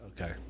okay